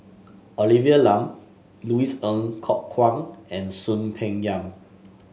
Olivia Lum Louis Ng Kok Kwang and Soon Peng Yam